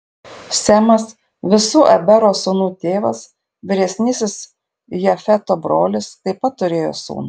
semas visų ebero sūnų tėvas vyresnysis jafeto brolis taip pat turėjo sūnų